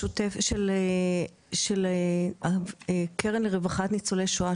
יש תוכנית משותפת של הקרן לרווחת ניצולי שואה,